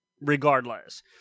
regardless